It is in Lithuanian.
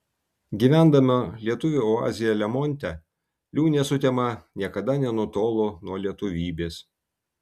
gyvendama lietuvių oazėje lemonte liūnė sutema niekada nenutolo nuo lietuvybės